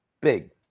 big